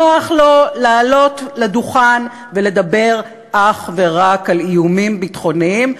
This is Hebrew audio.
נוח לו לעלות לדוכן ולדבר אך ורק על איומים ביטחוניים,